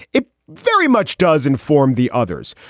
it very much does inform the others,